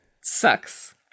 Sucks